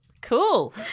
Cool